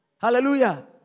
Hallelujah